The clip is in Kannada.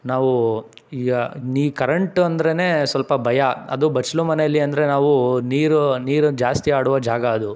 ನಾವು ಕರೆಂಟ್ ಅಂದ್ರೇ ಸ್ವಲ್ಪ ಭಯ ಅದು ಬಚ್ಚಲು ಮನೆಲ್ಲಿ ಅಂದರೆ ನಾವು ನೀರು ನೀರನ್ನ ಜಾಸ್ತಿ ಆಡುವ ಜಾಗ ಅದು